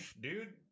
dude